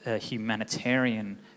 humanitarian